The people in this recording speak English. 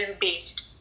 based